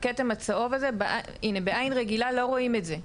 הכתם הצהוב הזה, בעין רגילה לא רואים את זה.